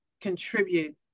contribute